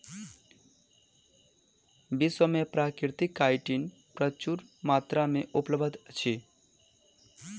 विश्व में प्राकृतिक काइटिन प्रचुर मात्रा में उपलब्ध अछि